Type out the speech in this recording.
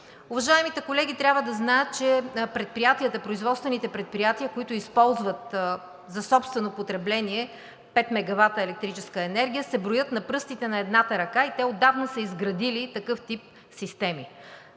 Уважаемите колеги трябва да знаят, че производствените предприятия, които използват за собствено потребление пет мегавата електрическа енергия, се броят на пръстите на едната ръка и те отдавна са изградили такъв тип системи.